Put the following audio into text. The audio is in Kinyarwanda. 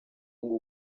ngo